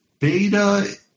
Beta